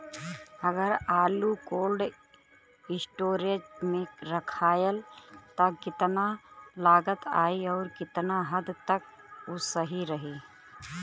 अगर आलू cold storage में रखायल त कितना लागत आई अउर कितना हद तक उ सही रही?